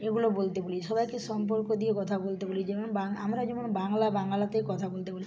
এগুলো বলতে বলি সবাইকে সম্পর্ক দিয়ে কথা বলতে বলি যেমন বাং আমরা যেমন বাংলা বাংলাতে কথা বলতে বলি